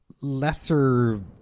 lesser